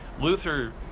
Luther